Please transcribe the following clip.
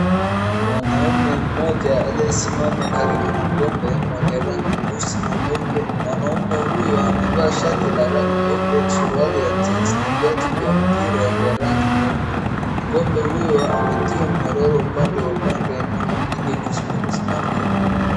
Mwanaume mmoja aliyesimama karibu na ng'ombe mwenye rangi nyeusi na nyeupe, mwanaume huyu amevaa shati la rangi nyeupe, suruali ya jeans na viatu vya mpira vya rangi nyeupe, ng'ombe huyo ametiwa nyororo upande upande wa nyuma ili kumsimamia.